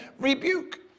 rebuke